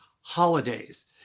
holidays